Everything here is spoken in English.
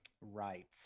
Right